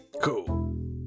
Cool